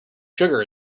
sugar